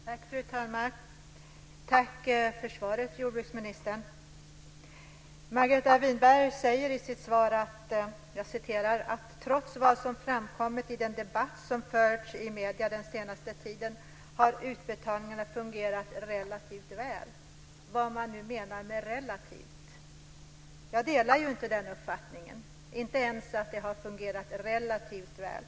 Fru talman! Tack för svaret, jordbruksministern. Margareta Winberg säger i sitt svar att trots vad som framkommit i den debatt som förts i medier den senaste tiden har utbetalningarna fungerat relativt väl. Man kan ju undra vad man menar med "relativt". Jag delar inte den uppfattningen; jag tycker inte ens att det har fungerat relativt väl.